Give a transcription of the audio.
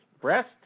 breast